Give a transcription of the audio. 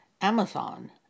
Amazon